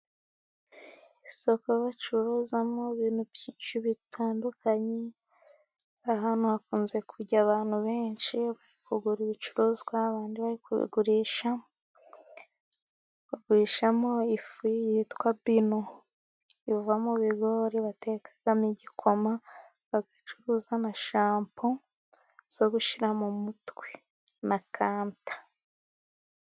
Isoko bacuruzamo ibintu byinshi bitandukanye ahantu hakunze kujya abantu benshi kugura ibicuruzwa abandi bari kubigurisha. Bagurishamo ifu yitwa bino iva mu bigori batekamo igikoma ,bagacuruza na shampo zo gushyira mu mutwe na kanta.